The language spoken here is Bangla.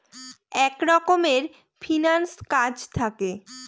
এক রকমের ফিন্যান্স কাজ থাকে